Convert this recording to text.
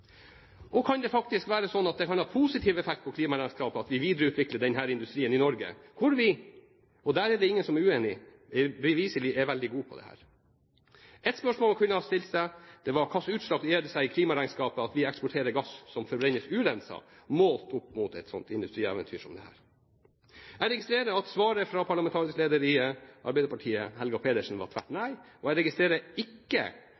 mulig? Kan det faktisk være slik at det kan ha positiv effekt på klimaregnskapet at vi videreutvikler denne industrien i Norge, hvor vi – og der er det ingen som er uenige – beviselig er veldig gode på dette? Et spørsmål man kunne ha stilt seg, var: Hvilke utslag gir det seg i klimaregnskapet at vi eksporterer gass som forbrennes urenset, målt opp mot et industrieventyr som dette? Jeg registrerer at svaret fra parlamentarisk leder i Arbeiderpartiet, Helga Pedersen, var tvert nei, og jeg registrerer ikke